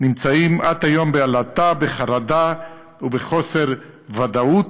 נמצאים עד היום בעלטה, בחרדה ובחוסר ודאות,